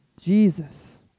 Jesus